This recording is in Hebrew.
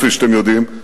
כפי שאתם יודעים.